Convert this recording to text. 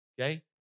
Okay